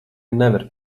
nevar